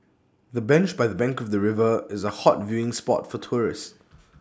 the bench by the bank of the river is A hot viewing spot for tourists